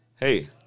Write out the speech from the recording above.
hey